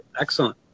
excellent